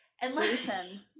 Jason